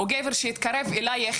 או גבר שיתקרב אליך.